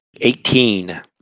Eighteen